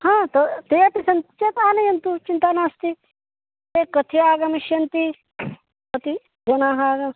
ह त ते अपि सन्ति चेत् आनयन्तु चिन्ता नास्ति ते कति आगमिष्यन्ति कति जनाः आग